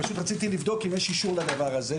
פשוט רציתי לבדוק אם יש אישור לדבר הזה,